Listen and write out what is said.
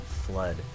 flood